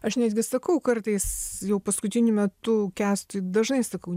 aš netgi sakau kartais jau paskutiniu metu kęstui dažnai sakau